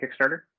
Kickstarter